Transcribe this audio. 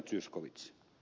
zyskowicz